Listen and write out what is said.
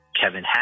kevin